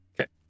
okay